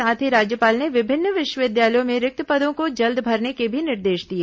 साथ ही राज्यपाल ने विभिन्न विश्वविद्यालयों में रिक्त पदों को जल्द भरने के भी निर्देश दिए